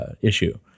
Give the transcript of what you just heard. issue